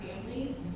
families